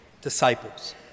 disciples